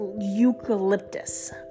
eucalyptus